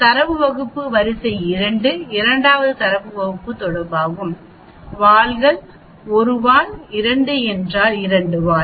தரவு தொகுப்பு வரிசை 2 இரண்டாவது தரவு தொகுப்பு வால்கள் ஒரு வால் 2 என்றால் இரண்டு வால்